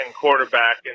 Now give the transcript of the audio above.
quarterback